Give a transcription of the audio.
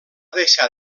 deixar